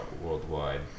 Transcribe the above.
Worldwide